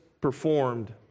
performed